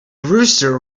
rooster